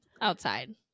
outside